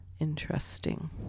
interesting